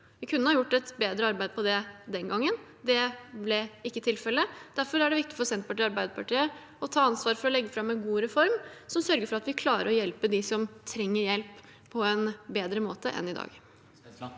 De kunne ha gjort et bedre arbeid på det den gangen. Det ble ikke tilfellet. Derfor er det viktig for Senterpartiet og Arbeiderpartiet å ta ansvar for å legge fram en god reform som sørger for at vi klarer å hjelpe dem som trenger hjelp, på en bedre måte enn i dag.